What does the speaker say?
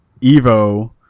Evo